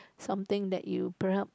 something that you perhaps